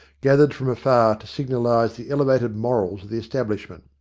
gathered from afar to signalise the elevated morals of the establishment.